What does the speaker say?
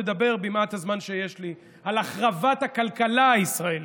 לדבר במעט הזמן שיש לי על החרבת הכלכלה הישראלית,